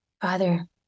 Father